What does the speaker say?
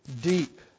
deep